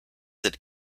that